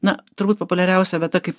na turbūt populiariausia vieta kaip